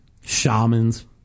shamans